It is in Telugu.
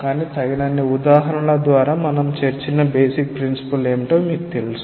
కానీ తగినన్ని ఉదాహరణల ద్వారా మనం చర్చించిన బేసిక్ ప్రిన్సిపుల్ ఏమిటో మీకు తెలుసు